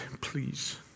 please